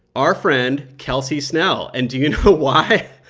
our friend kelsey snell. and do you know why?